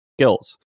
skills